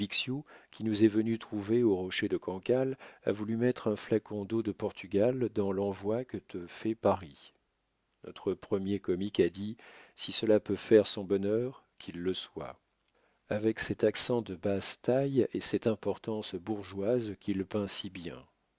qui nous est venu trouver au rocher de cancale a voulu mettre un flacon d'eau de portugal dans l'envoi que te fait paris notre premier comique a dit si cela peut faire son bonheur qu'il le soit avec cet accent de basse-taille et cette importance bourgeoise qu'il peint si bien